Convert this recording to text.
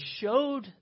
showed